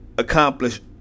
accomplish